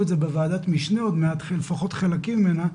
את זה בוועדת המשנה עוד מעט או לפחות חלקים ממנה,